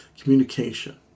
Communication